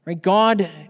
God